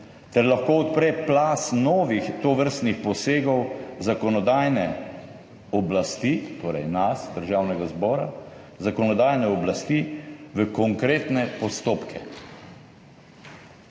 ter lahko odpre plaz novih tovrstnih posegov zakonodajne oblasti, torej nas, državnega zbora, zakonodajne oblasti v konkretne postopke.